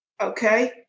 okay